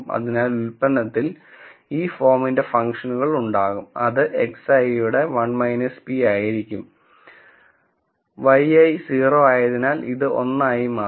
അതിനാൽ ഉൽപ്പന്നത്തിൽ ഈ ഫോമിന്റെ ഫംഗ്ഷനുകൾ ഉണ്ടാകും അത് xi യുടെ 1 p ആയിരിക്കും Yi 0 ആയതിനാൽ ഇത് 1 ആയി മാറും